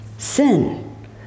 Sin